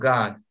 God